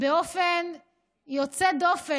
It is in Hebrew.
באופן יוצא דופן,